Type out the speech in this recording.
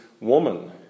woman